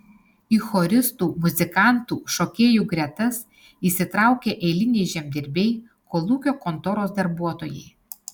į choristų muzikantų šokėjų gretas įsitraukė eiliniai žemdirbiai kolūkio kontoros darbuotojai